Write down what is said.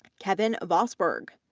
kevin vosburgh,